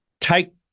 take